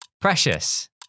Precious